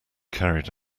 carried